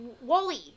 Wally